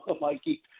Mikey